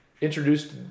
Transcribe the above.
Introduced